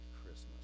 Christmas